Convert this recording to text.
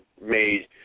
made